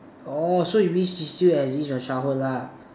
orh so you wish she still exist your childhood lah